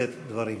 לשאת דברים.